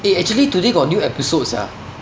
eh actually today got new episode sia